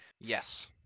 Yes